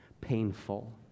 painful